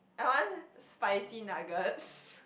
I want spicy nuggets